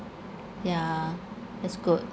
yeah that's good